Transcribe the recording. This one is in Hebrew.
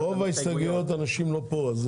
רוב האנשים שהגישו הסתייגויות לא פה,